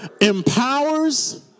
empowers